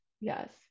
yes